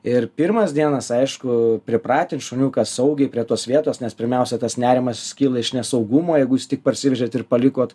ir pirmas dienas aišku pripratint šuniuką saugiai prie tos vietos nes pirmiausia tas nerimas kyla iš nesaugumo jeigu jūs tik parsivežėt ir palikot